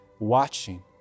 watching